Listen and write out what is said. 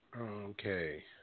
Okay